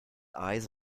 eyes